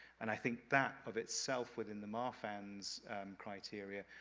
and i think that, of itself, within the marfan's criteria,